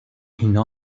اینا